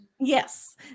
Yes